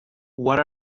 what